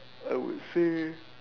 I would say